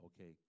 okay